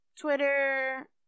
Twitter